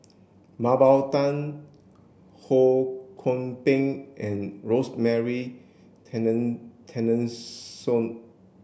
Mah Bow Tan Ho Kwon Ping and Rosemary